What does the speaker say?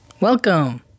Welcome